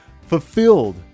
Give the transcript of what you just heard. fulfilled